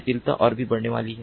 जटिलता और भी बढ़ने वाली है